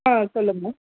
ஆ சொல்லுங்கம்மா